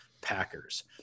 Packers